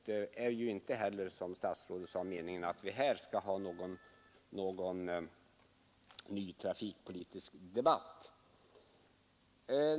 Det är ju inte heller, som statsrådet sade, meningen att vi här skall ha någon ny trafikpolitisk debatt.